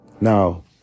Now